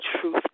truth